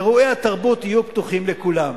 אירועי התרבות יהיו פתוחים לכולם.